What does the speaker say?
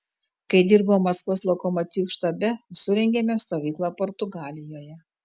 kai dirbau maskvos lokomotiv štabe surengėme stovyklą portugalijoje